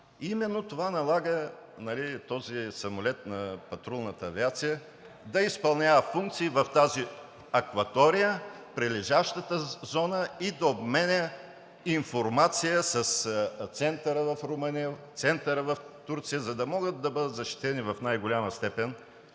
Именно това налага този самолет на патрулната авиация да изпълнява функции в тази акватория, прилежащата зона и да обменя информация с Центъра в Румъния, Центъра в Турция, за да могат да бъдат защитени в най-голяма степен